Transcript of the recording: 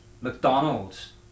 mcdonald's